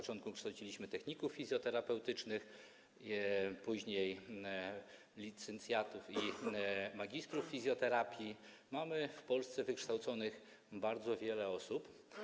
Na początku kształciliśmy techników fizjoterapeutycznych, później licencjatów i magistrów fizjoterapii, mamy w Polsce wykształconych bardzo wiele osób.